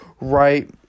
right